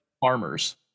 farmers